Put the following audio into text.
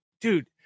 Dude